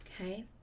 Okay